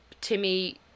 Timmy